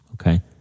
okay